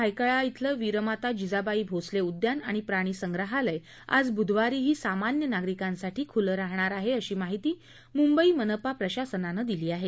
मुंबईतल्या भायखळा छलं वीरमाता जिजाबाई भोसले उद्यान आणि प्राणिसंग्रहालय आज ब्धवारीही सामान्य नागरिकांसाठी खुलं राहणार आहे अशी माहिती मुंबई मनपा प्रशासनानं दिली आहे